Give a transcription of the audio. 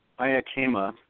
Ayakema